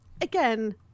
again